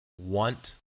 want